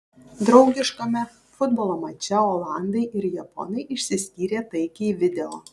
draugiškame futbolo mače olandai ir japonai išsiskyrė taikiai video